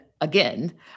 again